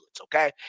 okay